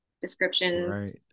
descriptions